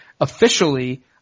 officially